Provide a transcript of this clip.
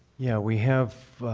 yeah we have